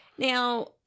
Now